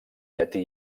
llatí